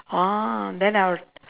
orh then I will